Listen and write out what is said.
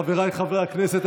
חבריי חברי הכנסת,